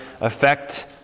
affect